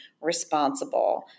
responsible